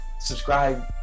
subscribe